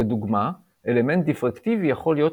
לדוגמה אלמנט דיפרקטיבי יכול להיות